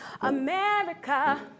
America